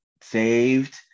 saved